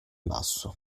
basso